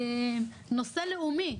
"נושא לאומי".